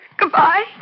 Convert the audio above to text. Goodbye